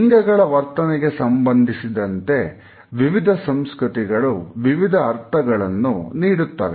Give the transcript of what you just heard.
ಲಿಂಗಗಳ ವರ್ತನೆಗೆ ಸಂಬಂಧಿಸಿದಂತೆ ವಿವಿಧ ಸಂಸ್ಕೃತಿಗಳು ವಿವಿಧ ಅರ್ಥಗಳನ್ನು ನೀಡುತ್ತವೆ